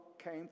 came